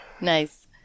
Nice